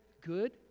good